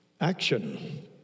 Action